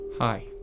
Hi